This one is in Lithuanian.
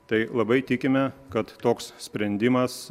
tai labai tikime kad toks sprendimas